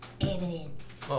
Evidence